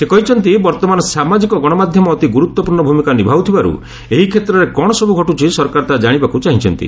ସେ କହିଛନ୍ତି ବର୍ତ୍ତମାନ ସାମାଜିକ ଗଣମାଧ୍ୟମ ଅତି ଗୁରୁତ୍ୱପୂର୍ଣ୍ଣ ଭୂମିକା ନିଭାଉଥିବାରୁ ଏହି କ୍ଷେତ୍ରରେ କ'ଣ ସବୁ ଘଟୁଛି ସରକାର ତାହା ଜାଣିବାକୁ ଚାହିଁଛନ୍ତି